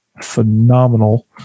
phenomenal